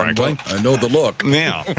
i know the look now.